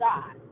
God